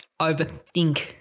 overthink